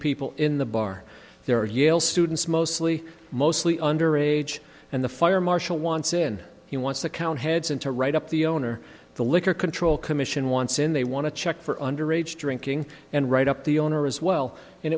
people in the bar there are yale students mostly mostly under age and the fire marshal wants in he wants to count heads and to right up the owner the liquor control commission wants in they want to check for underage drinking and right up the owner as well and